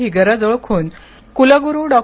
ही गरज ओळखून कुलगुरू डॉ